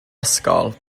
ysgol